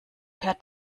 per